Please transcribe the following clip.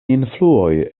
influoj